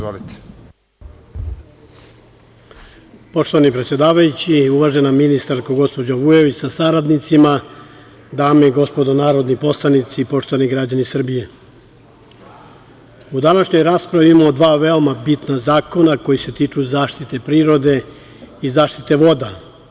Poštovani predsedavajući, uvažena ministarko gospođo Vujović sa saradnicima, dame i gospodo narodni poslanici, poštovani građani Srbije, u današnjoj raspravi imamo dva veoma bitna zakona koji se tiču zaštite prirode i zaštite voda.